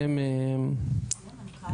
איפה המנכ"ל?